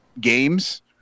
games